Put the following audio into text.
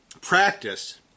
practice